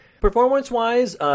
Performance-wise